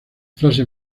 frase